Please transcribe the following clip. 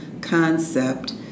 concept